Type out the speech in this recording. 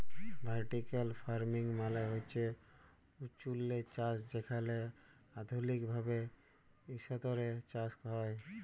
vertical farming মালে হছে উঁচুল্লে চাষ যেখালে আধুলিক ভাবে ইসতরে চাষ হ্যয়